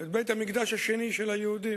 את בית-המקדש השני של היהודים,